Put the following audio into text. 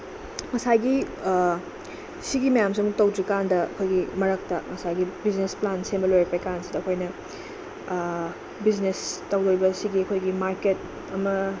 ꯉꯁꯥꯏꯒꯤ ꯁꯤꯒꯤ ꯃꯌꯥꯝꯁꯦ ꯑꯃꯨꯛ ꯇꯧꯗ꯭ꯔꯤꯀꯥꯟꯗ ꯑꯩꯈꯣꯏꯒꯤ ꯃꯔꯛꯇ ꯉꯁꯥꯏꯒꯤ ꯕꯤꯖꯤꯅꯦꯁ ꯄ꯭ꯂꯥꯟ ꯁꯦꯝꯕ ꯂꯣꯏꯔꯛꯄꯒꯤ ꯀꯥꯟꯁꯤꯗ ꯑꯩꯈꯣꯏꯅ ꯕꯤꯖꯤꯅꯦꯁ ꯇꯧꯗꯣꯔꯤꯕ ꯁꯤꯒꯤ ꯑꯩꯈꯣꯏꯒꯤ ꯃꯥꯔꯀꯦꯠ ꯑꯃ